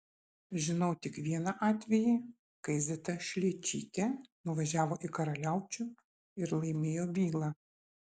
žinau tik vieną atvejį kai zita šličytė nuvažiavo į karaliaučių ir laimėjo bylą